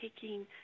taking